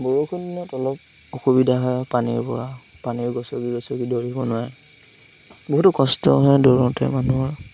বৰষুণ দিনত অলপ অসুবিধা হয় পানীৰপৰা পানীৰ গচকি গচকি দৌৰিব নোৱাৰে বহুতো কষ্ট হয় দৌৰোঁতে মানুহৰ